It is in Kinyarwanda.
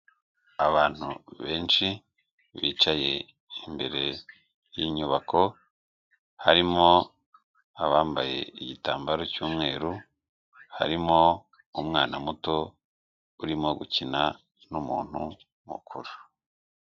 Abantu benshi bicaye imbere y'inyubako harimo abambaye igitambaro cy'umweru, harimo umwana muto urimo gukina, n'umuntu mukuru.